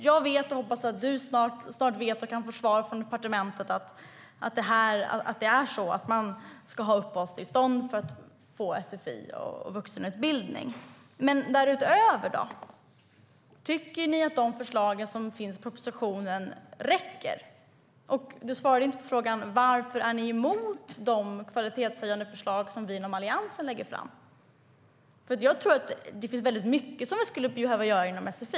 Jag vet, och jag hoppas att Robert Stenkvist snart får svar från departementet, att man ska ha uppehållstillstånd för att få sfi och vuxenutbildning. Men tycker ni därutöver att de förslag som finns i propositionen räcker? Robert Stenkvist svarade inte på frågan varför ni är emot de kvalitetshöjande förslag som vi i Alliansen lägger fram. Det finns mycket som behöver göras inom sfi.